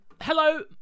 hello